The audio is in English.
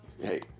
Hey